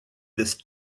this